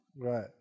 Right